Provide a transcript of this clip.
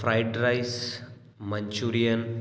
fried rice manchurian